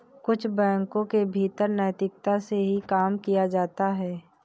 कुछ बैंकों के भीतर नैतिकता से ही काम किया जाता है